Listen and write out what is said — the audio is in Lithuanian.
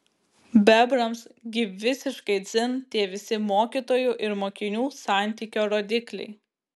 bebrams gi visiškai dzin tie visi mokytojų ir mokinių santykio rodikliai